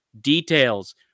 details